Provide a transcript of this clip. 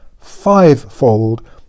fivefold